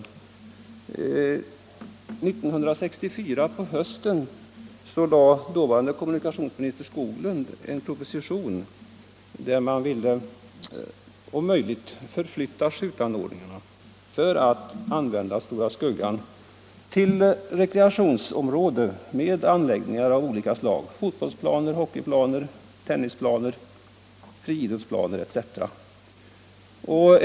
På hösten 1964 lade dåvarande kommunikationsministern Skoglund en proposition med förslag att skjutanordningarna skulle flyttas för att Stora Skuggan skulle kunna användas till rekreationsområde med anläggningar av olika slag — fotbollsplaner, hockeyplaner, tennisplaner, friidrottsplan etc.